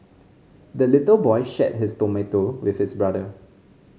the little boy shared his tomato with his brother